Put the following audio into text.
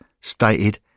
stated